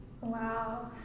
wow